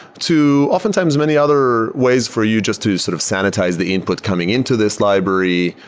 to oftentimes many other ways for you just to sort of sanitize the input coming into this library,